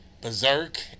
Berserk